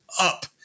up